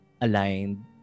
aligned